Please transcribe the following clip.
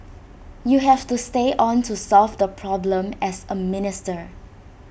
you have to stay on to solve the problem as A minister